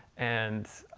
and